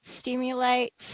stimulates